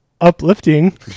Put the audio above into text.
Uplifting